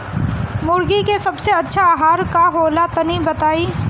मुर्गी के सबसे अच्छा आहार का होला तनी बताई?